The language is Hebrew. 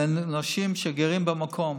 לאנשים שגרים במקום.